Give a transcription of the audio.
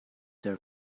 their